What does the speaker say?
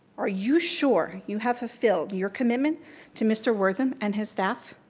are you sure you have fulfilled your commitment to mr. wortham and his staff?